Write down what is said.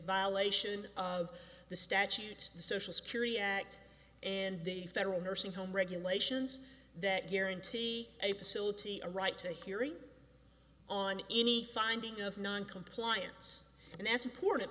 violation of the statute the social security act and the federal nursing home regulations that guarantee a facility a right to a hearing on any finding of noncompliance and that's important